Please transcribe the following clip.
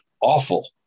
awful